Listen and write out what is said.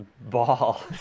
ball